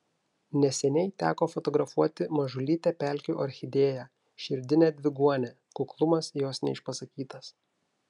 neseniai teko fotografuoti mažulytę pelkių orchidėją širdinę dviguonę kuklumas jos neišpasakytas